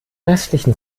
restlichen